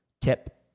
Tip